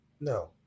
No